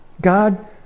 God